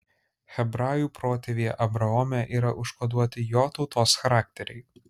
hebrajų protėvyje abraome yra užkoduoti jo tautos charakteriai